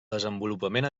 desenvolupament